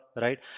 right